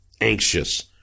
anxious